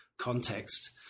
context